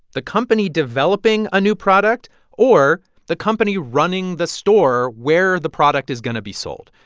the company developing a new product or the company running the store where the product is going to be sold.